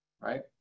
Right